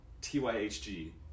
T-Y-H-G